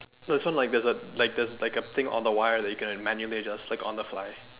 no so like there is a like there is a thing on the wire that you can manually adjust like on the fly